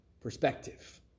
perspective